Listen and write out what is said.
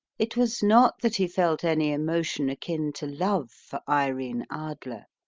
it was not that he felt any emotion akin to love for irene adler.